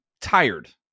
tired